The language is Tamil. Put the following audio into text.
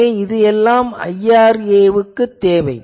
எனவே இது எல்லாம் IRA க்குத் தேவை